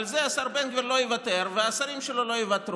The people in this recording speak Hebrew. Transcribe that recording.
על זה השר בן גביר לא יוותר והשרים שלו לא ייוותרו.